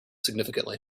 significantly